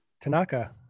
Tanaka